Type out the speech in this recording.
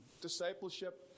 Discipleship